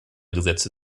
gesetze